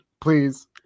please